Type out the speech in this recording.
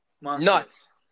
Nuts